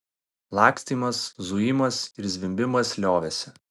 lakstymas zujimas ir zvimbimas liovėsi